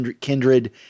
Kindred